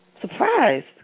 Surprised